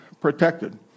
protected